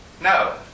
No